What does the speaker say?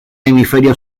hemisferio